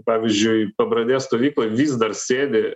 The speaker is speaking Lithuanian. pavyzdžiui pabradės stovykloj vis dar sėdi